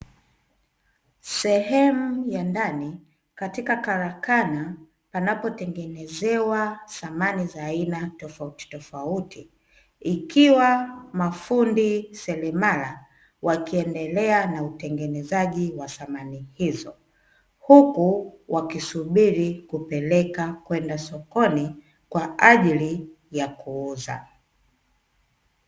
Sehemu ya ndani katika karakana panapotengenezewa samani za aina tofautitofauti, ikiwa mafundi seremala wakiendelea na utengenezaji wa samani hizo. Huku wakisubiri kwenda kupeleka sokoni kwa ajili ya kuuza.